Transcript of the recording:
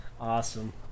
Awesome